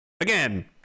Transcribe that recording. again